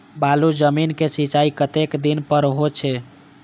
बालू जमीन क सीचाई कतेक दिन पर हो छे?